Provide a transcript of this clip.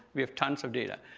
we have tons of data.